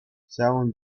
ҫавӑн